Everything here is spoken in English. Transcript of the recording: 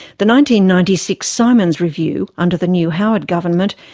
the ninety ninety six simons review, under the new howard government,